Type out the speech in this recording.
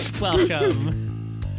Welcome